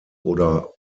oder